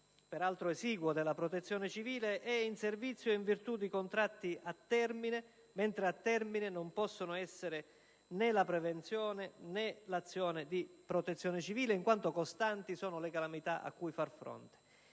peraltro esiguo, della Protezione civile è in servizio in virtù di contratti a termine, mentre a termine non possono essere, né la prevenzione, né l'azione di protezione civile, in quanto costanti sono le calamità a cui far fronte.